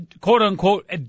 quote-unquote